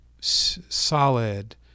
solid